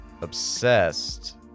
obsessed